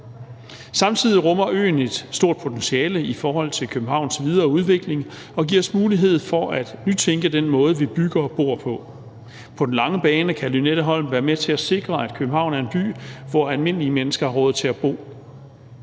Samtidig rummer øen et stort potentiale i forhold til Københavns videre udvikling og giver os mulighed for at nytænke den måde, vi bygger og bor på. På den lange bane kan Lynetteholm være med til at sikre, at København er en by, hvor almindelige mennesker har råd til at bo.